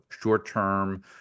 short-term